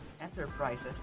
enterprises